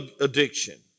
addiction